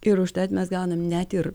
ir užtat mes gaunam net ir